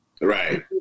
Right